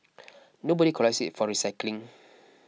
nobody collects it for recycling